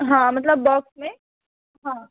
हाँ मतलब बॉक्स में हाँ